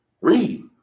Read